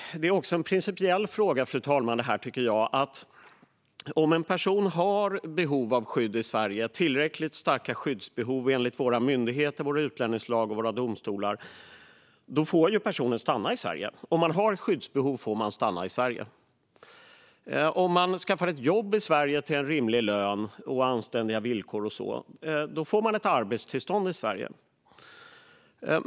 Det är också en principiell fråga, tycker jag, att en person som har behov av skydd i Sverige - tillräckligt starka skyddsbehov enligt våra myndigheter, vår utlänningslag och våra domstolar - får stanna i Sverige. Om man har skyddsbehov får man stanna i Sverige. Om man skaffar ett jobb i Sverige med en rimlig lön och med anständiga villkor får man ett arbetstillstånd i Sverige.